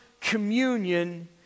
communion